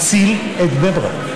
הציל את בני ברק.